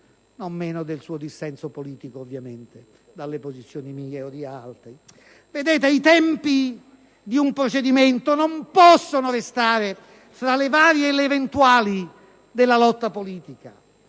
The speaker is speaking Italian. non meno del suo dissenso politico dalle posizioni mie o di altri. I tempi di un procedimento non possono restare tra le varie ed eventuali della lotta politica: